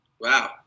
Wow